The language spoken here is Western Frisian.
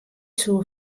soe